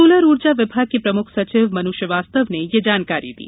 solar ऊर्जा विभाग के प्रमुख सचिव मनु श्रीवास्तव ने यह जानकारी दी